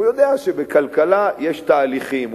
הוא יודע שבכלכלה יש תהליכים,